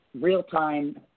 real-time